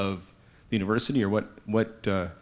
of university or what what